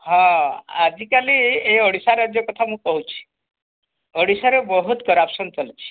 ହଁ ଆଜିକାଲି ଏ ଓଡ଼ିଶା ରାଜ୍ୟ କଥା ମୁଁ କହୁଛି ଓଡ଼ିଶାରେ ବହୁତ କରପ୍ସନ୍ ଚାଲିଛି